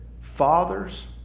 fathers